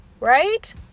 right